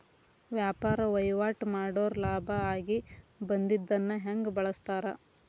ವ್ಯಾಪಾರ್ ವಹಿವಾಟ್ ಮಾಡೋರ್ ಲಾಭ ಆಗಿ ಬಂದಿದ್ದನ್ನ ಹೆಂಗ್ ಬಳಸ್ತಾರ